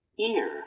ear